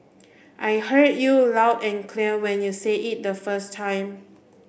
I heard you loud and clear when you said it the first time